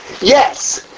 Yes